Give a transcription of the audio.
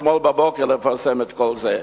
אתמול בבוקר לפרסם את כל זה.